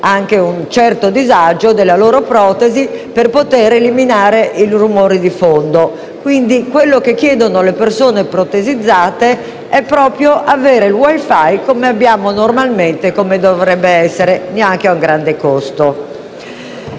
con un certo disagio della loro protesi, per poter eliminare il rumore di fondo. Quello che chiedono le persone protesizzate è avere il *wi-fi* che abbiamo normalmente e che dovrebbe esserci sempre, neanche a un grande costo.